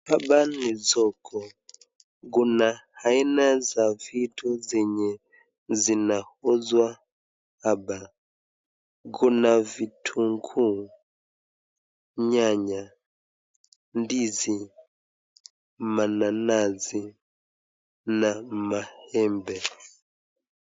Hapa ni soko .Kuna aina za vitu zenye zinauzwa hapa kuna vitunguu ,nyanya, ndizi ,mananasi na maembe.